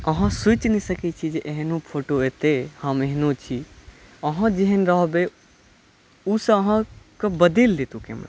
आहाँ सोचि नहि सकै छियै जे एहनो फोटो एतै हम एहनो छी आहाँ जेहेन रहबै ओ सँ आहाँ के बदलि देत ओ कैमरा